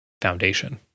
foundation